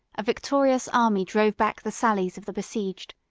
a victorious army drove back the sallies of the besieged,